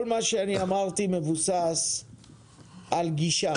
כל מה שאמרתי מבוסס על גישה.